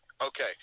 okay